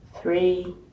three